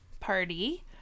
party